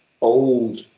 old